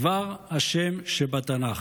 דבר ה' שבתנ"ך.